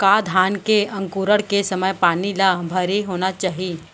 का धान के अंकुरण के समय पानी ल भरे होना चाही?